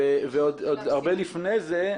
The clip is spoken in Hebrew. הרבה לפני כן,